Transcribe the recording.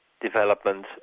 development